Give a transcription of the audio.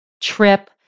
trip